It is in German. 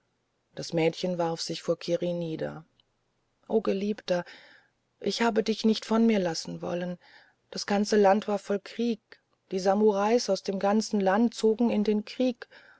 das mädchen warf sich vor kiri nieder o geliebter ich habe dich nicht von mir lassen wollen das ganze land war voll krieg die samurais aus dem ganzen land zogen in den krieg